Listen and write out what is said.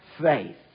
faith